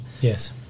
Yes